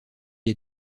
est